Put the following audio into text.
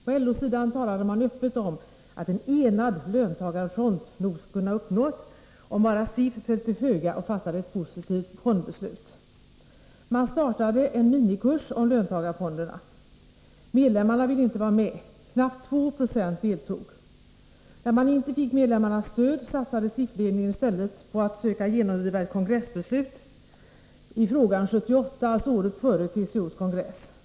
På LO-sidan talade man öppet om att en ”enad löntagarfront” nog skulle kunna uppnås, om bara SIF föll till föga och fattade ett positivt fondbeslut. Man startade en minikurs om löntagarfonderna. Medlemmarna ville inte vara med. Knappt 2 90 deltog. När man inte fick medlemmarnas stöd, satsade SIF-ledningen i stället på att söka genomdriva ett kongressbeslut i frågan 1978, alltså året före TCO:s kongress.